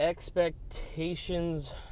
Expectations